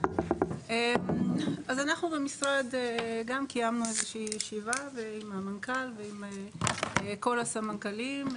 אנחנו במשרד גם קיימנו ישיבה עם המנכ"ל וכל הסמנכ"לים,